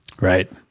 right